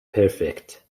perfekt